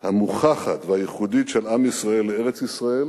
המוכחת והייחודית של עם ישראל לארץ-ישראל